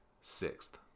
sixth